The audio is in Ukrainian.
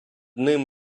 ним